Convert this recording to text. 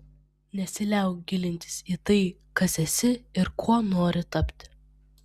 nesiliauk gilintis į tai kas esi ir kuo nori tapti